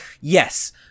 yes